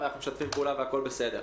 אנחנו משתפים פעולה והכול בסדר.